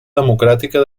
democràtica